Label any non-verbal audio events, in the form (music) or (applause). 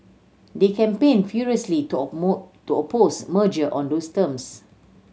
they campaigned furiously to (unintelligible) to oppose merger on those terms